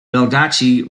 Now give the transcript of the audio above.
baldacci